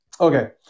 okay